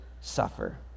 suffer